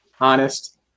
Honest